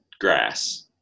grass